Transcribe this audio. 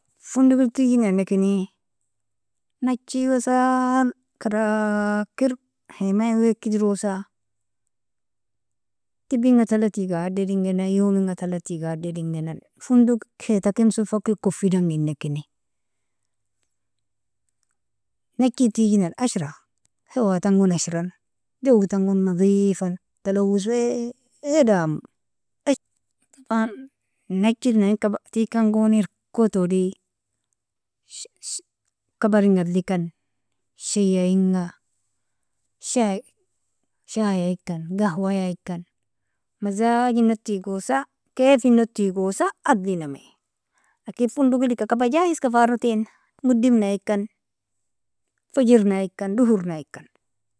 Fondogel tigjinanakini naji wasal krakir khaymaa awek iderosa tibinga talatiga adedingina youminga talatiga adedinginan fondog hita kemso fokel kufidangi ninakini naji tigjinan ashra hewa tangon ashran jowei tangon nadifan talawos wai damo, taban naji nayin kaba tigkangoni irkoto todi kabarng adlikan, shayayinga shaiaikan gahwoikan mazajina tigosa kefino tigosa adlinamea lakin fondogel ika kaba jahizka fa aratina wedibnaikan fajirnaikan dohornaikan.